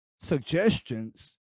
suggestions